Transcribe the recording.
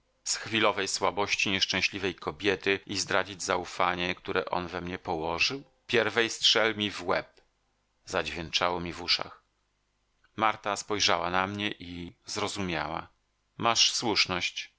chwilowej słabości nieszczęśliwej kobiety i zdradzić zaufanie które on we mnie położył pierwej strzel mi w łeb zadźwięczało mi w uszach marta spojrzała na mnie i zrozumiała masz słuszność